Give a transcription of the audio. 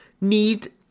need